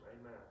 Amen